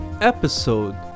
episode